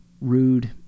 rude